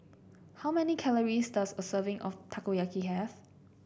how many calories does a serving of Takoyaki have